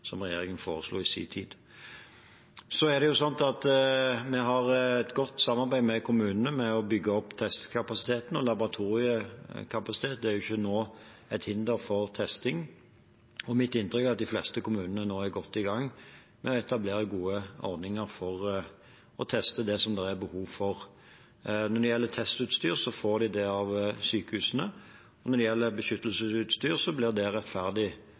som regjeringen foreslo i sin tid. Vi har et godt samarbeid med kommunene om å bygge opp testkapasiteten. Laboratoriekapasiteten er ikke nå et hinder for testing. Mitt inntrykk er at de fleste kommunene nå er godt i gang med å etablere gode ordninger for å teste det som det er behov for. Når det gjelder testutstyr, får de det av sykehusene. Når det gjelder beskyttelsesutstyr, blir det rettferdig